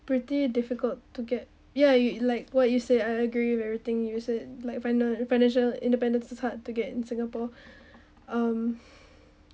pretty difficult to get ya you like what you say I I agree with everything you said like finan~ financial independence is hard to get in singapore um